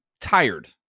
tired